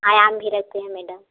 आम भी रखते हैं मैडम